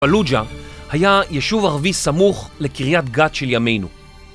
בלוג'ה היה יישוב ערבי סמוך לקריאת גת של ימינו.